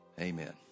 Amen